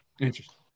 Interesting